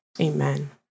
amen